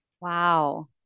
wow